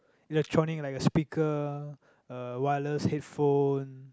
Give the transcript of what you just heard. electronic like a speaker a wireless headphone